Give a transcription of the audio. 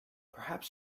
perhaps